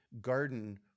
garden